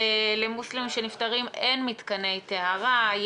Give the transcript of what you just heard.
למוסלמים שנפטרים אין מתקני טהרה,